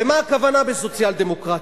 ולמה הכוונה בסוציאל-דמוקרטיה?